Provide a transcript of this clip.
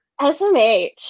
smh